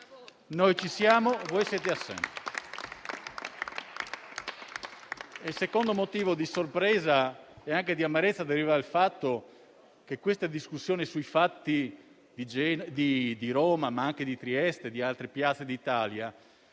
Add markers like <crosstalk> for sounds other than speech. lo sottolineo. <applause> Il secondo motivo di sorpresa e anche di amarezza deriva dal fatto che questa discussione sui fatti di Roma, ma anche di Trieste e di altre piazze d'Italia,